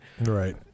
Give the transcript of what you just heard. Right